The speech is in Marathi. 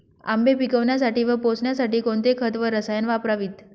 आंबे पिकवण्यासाठी व पोसण्यासाठी कोणते खत व रसायने वापरावीत?